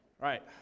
right